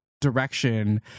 direction